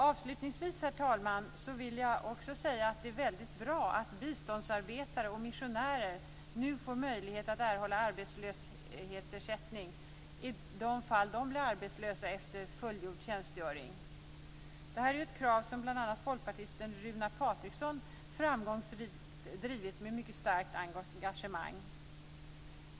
Avslutningsvis, herr talman, vill jag också säga att det är väldigt bra att biståndsarbetare och missionärer nu får möjlighet att erhålla arbetslöshetsersättning i de fall de blir arbetslösa efter fullgjord tjänstgöring. Detta är ett krav som bl.a. folkpartisten Runar Patriksson framgångsrikt drivit med mycket starkt engagemang.